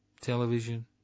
television